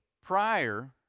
prior